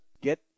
Get